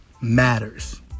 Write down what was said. matters